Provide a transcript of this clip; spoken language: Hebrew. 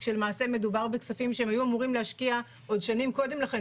כשלמעשה מדובר בכספים שהם היו אמורים להשקיע שנים קודם לכן.